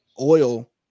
oil